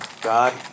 God